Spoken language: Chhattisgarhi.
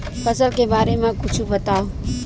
फसल के बारे मा कुछु बतावव